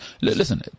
Listen